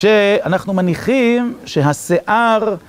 שאנחנו מניחים שהשיער...